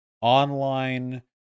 online